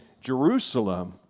Jerusalem